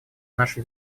наша